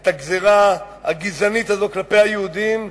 את הגזירה הגזענית הזאת כלפי היהודים,